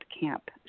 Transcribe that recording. Camp